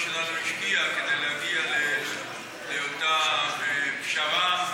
שלנו השקיע כדי להגיע לאותה פשרה.